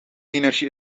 energie